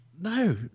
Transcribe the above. No